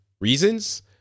reasons